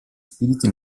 spiriti